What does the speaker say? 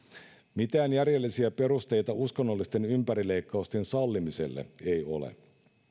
mitään järjellisiä perusteita uskonnollisten ympärileikkausten sallimiselle ei ole